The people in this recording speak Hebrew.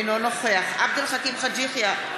אינו נוכח עבד אל חכים חאג' יחיא,